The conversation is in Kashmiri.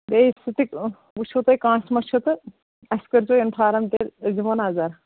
بیٚیہِ سُہ تہِ وٕچھِو تُہۍ کٲنٛسہِ مہ چھُ تہٕ اَسہِ کٔرۍزیو اِنفارم تیٚلہِ أسۍ دِمو نظر